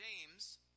James